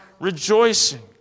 rejoicing